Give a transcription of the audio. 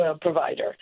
provider